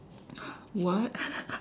what